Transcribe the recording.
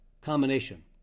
combination